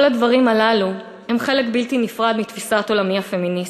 כל הדברים הללו הם חלק בלתי נפרד מתפיסת עולמי הפמיניסטית.